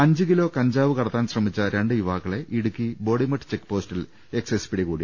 അഞ്ച് കിലോ കഞ്ചാവ് കടത്താൻശ്രമിച്ച രണ്ട് യുവാക്കളെ ഇടുക്കി ബോഡിമെട്ട് ചെക്ക് പോസ്റ്റിൽ എക്സൈസ് പിടികൂടി